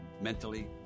mentally